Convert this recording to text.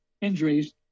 injuries